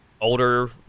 older